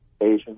Asian